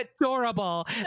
adorable